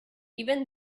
even